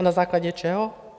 A na základě čeho?